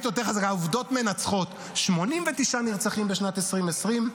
העובדות מנצחות: 89 נרצחים בשנת 2020,